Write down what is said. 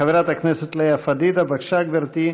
חברת הכנסת לאה פדידה, בבקשה, גברתי.